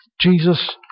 Jesus